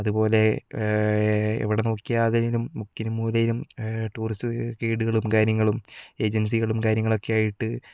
അത്പോലെ എവിടെ നോക്കിയാലും മുക്കിലും മൂലയിലും ടൂറിസ്റ്റ് ഗൈഡുകളും കാര്യങ്ങളും ഏജൻസികളും കാര്യങ്ങളൊക്കെയായിട്ട്